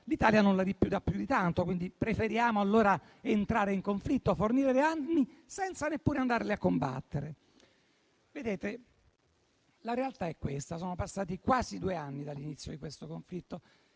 l'Italia non la ripudia più di tanto, quindi preferiamo entrare in conflitto e fornire armi senza neppure andare a combattere? Vedete, la realtà è questa: sono passati quasi due anni dall'inizio di questo conflitto